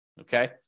Okay